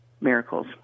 miracles